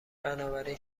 بنابراین